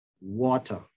water